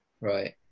Right